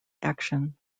action